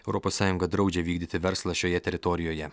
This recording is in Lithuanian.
europos sąjunga draudžia vykdyti verslą šioje teritorijoje